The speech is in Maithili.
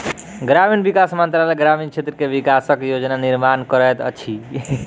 ग्रामीण विकास मंत्रालय ग्रामीण क्षेत्र के विकासक योजना निर्माण करैत अछि